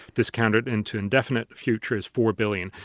discount it into indefinite future, is four billion,